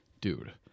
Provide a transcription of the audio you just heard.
dude